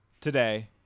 today